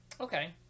Okay